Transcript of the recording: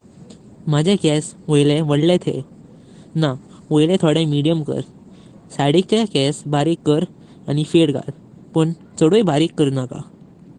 माझे केस वायले वाढले थय। ना वायले थोडे मीडियम कर। सिदिक चे केस बारीक कर आनी फेड गेल। पण चडूय बारीक करंणका।